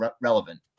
relevant